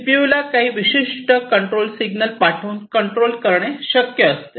CPU ला काही विशिष्ट कंट्रोल सिग्नल पाठवून कंट्रोल करणे शक्य असते